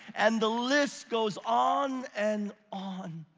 and the list goes on and on.